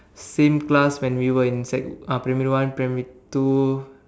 same class when we were in sec primary one primary two